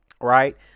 right